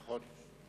נכון.